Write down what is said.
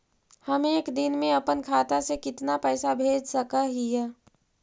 हम एक दिन में अपन खाता से कितना पैसा भेज सक हिय?